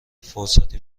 فرصتی